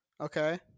okay